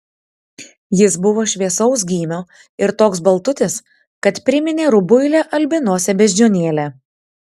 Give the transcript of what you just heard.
jis buvo šviesaus gymio ir toks baltutis kad priminė rubuilę albinosę beždžionėlę